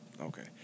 Okay